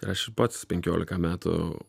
ir aš ir pats penkiolika metų